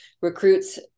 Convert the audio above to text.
recruits